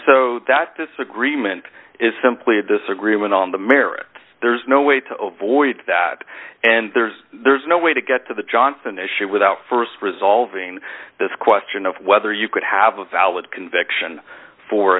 so that disagreement is simply a disagreement on the merits there's no way to ovoid that and there's there's no way to get to the johnson issue without st resolving this question of whether you could have a valid conviction for